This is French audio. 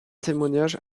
témoignages